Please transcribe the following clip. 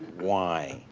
why?